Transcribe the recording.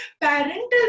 parental